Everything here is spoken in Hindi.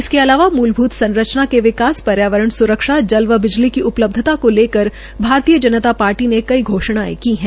इसके अलावा मूलभूत संरचना के विकास पर्यावरण सुरक्षा जल व बिजली की उपलब्धता को लेकर भारतीय जनता ने कई घोषणायें की है